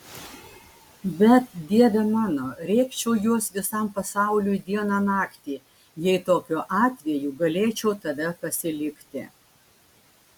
bet dieve mano rėkčiau juos visam pasauliui dieną naktį jei tokiu atveju galėčiau tave pasilikti